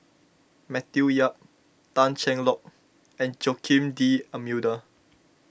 Matthew Yap Tan Cheng Lock and Joaquim D'Almeida